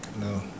No